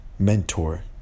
mentor